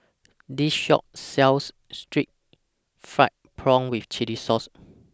This Shop sells Stir Fried Prawn with Chili Sauce